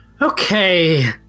Okay